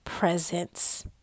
Presence